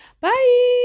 Bye